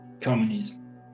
communism